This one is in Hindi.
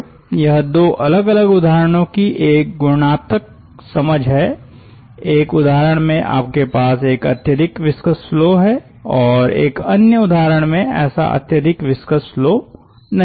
तो यह दो अलग अलग उदाहरणों की एक गुणात्मक समझ है एक उदाहरण में आपके पास एक अत्यधिक विस्कस फ्लो है और एक अन्य उदाहरण में ऐसा अत्यधिक विस्कस फ्लो नहीं है